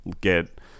get